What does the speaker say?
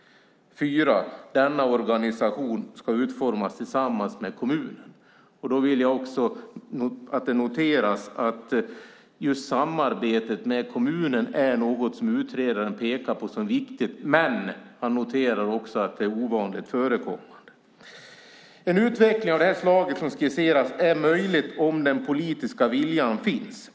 Denna organisation ska utformas tillsammans med kommunen. Då vill jag också att det noteras att just samarbetet med kommunen är något som utredaren pekar på som viktigt. Men man noterar också att det är ovanligt förekommande. En utveckling av det slag som skisseras är möjlig om den politiska viljan finns.